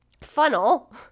funnel